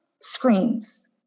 screams